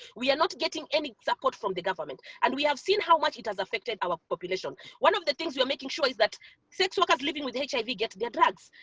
we are not getting any support from the government. and we have seen how much it has affected our population. one of the things we are making sure is that sex workers living with hiv get their drugs.